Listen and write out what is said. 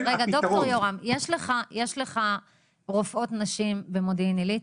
יש לך רופאות נשים במודיעין עילית?